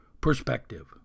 Perspective